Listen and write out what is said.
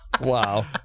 Wow